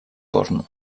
porno